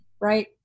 Right